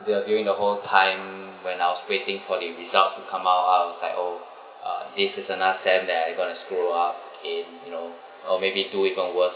that were during the whole time when I was waiting for the results to come out I was like oh uh this is another sem that I am going to screw up in you know uh maybe do even worse